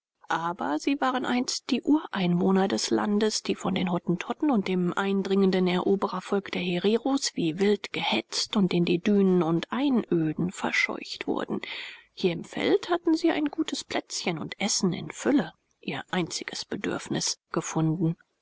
aber sie waren einst die ureinwohner des landes die von den hottentotten und dem eindringenden eroberervolk der hereros wie wild gehetzt und in die dünen und einöden verscheucht wurden hier im veld hatten sie ein gutes plätzchen und essen in fülle ihr einziges bedürfnis gefunden